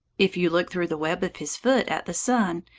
if you look through the web of his foot at the sun,